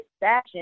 fashion